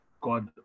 God